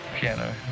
piano